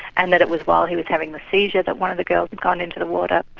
and that it was while he was having the seizure that one of the girls had gone into the water.